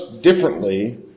differently